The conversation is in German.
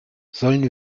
sollen